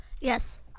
Yes